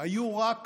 היו רק